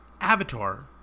Avatar